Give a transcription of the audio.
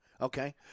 Okay